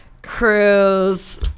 cruise